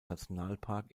nationalpark